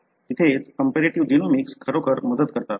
तिथेच comparative genomics खरोखर मदत करतात